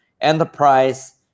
enterprise